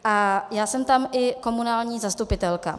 A já jsem tam i komunální zastupitelka.